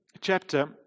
chapter